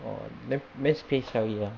oh then when's P_S_L_E ah